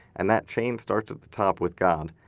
and that chain starts at the top with god,